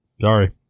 Sorry